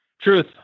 Truth